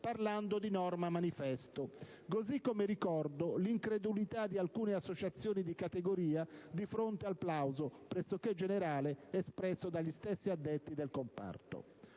parlando di «norma manifesto», così come ricordo l'incredulità di alcune associazioni di categoria di fronte al plauso, pressoché generale, espresso dagli stessi addetti del comparto.